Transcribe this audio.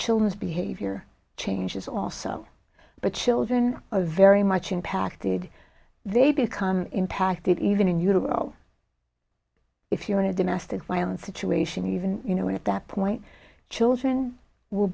children's behavior changes also but children a very much impacted they become impacted even in utero if you're in a domestic violence situation even you know at that point children will